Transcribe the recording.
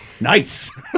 Nice